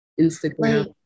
instagram